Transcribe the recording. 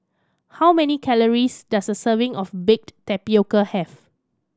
how many calories does a serving of baked tapioca have